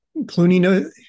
Clooney